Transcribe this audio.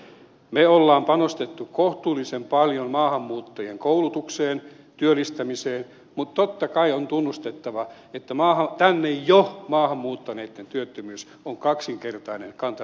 me olemme panostaneet kohtuullisen paljon maahanmuuttajien koulutukseen työllistämiseen mutta totta kai on tunnustettava että tänne jo maahan muuttaneitten työttömyys on kaksinkertainen kantaväestöön nähden